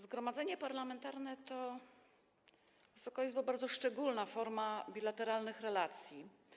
Zgromadzenie parlamentarne, Wysoka Izbo, to bardzo szczególna forma bilateralnych relacji.